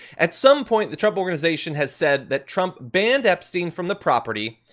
at some point the trump organization has said that trump banned epstein from the property.